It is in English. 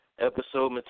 episode